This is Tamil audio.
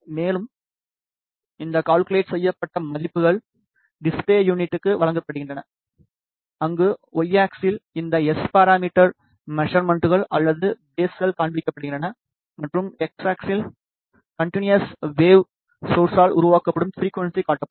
மேலும் இந்த கால்குலேட் செய்யப்பட்ட மதிப்புகள் டிஸ்பிலே யூனிட்க்கு வழங்கப்படுகின்றன அங்கு Y ஆக்ஸிஸ்ஸில் இந்த S பராமீட்டர் மெசர்மன்ட்கள் அல்லது பேஸ்கள் காண்பிக்கப்படுகின்றன மற்றும் எக்ஸ் ஆக்ஸிஸ் கன்டினியஸ் வேவ் சோர்ஸால் உருவாக்கப்படும் ஃபிரிக்குவன்ஸி காட்டப்படும்